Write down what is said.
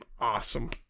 awesome